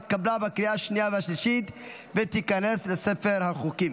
התקבלה בקריאה השנייה והשלישית ותיכנס לספר החוקים.